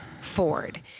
Ford